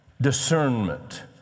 discernment